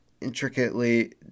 intricately